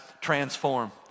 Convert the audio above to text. transform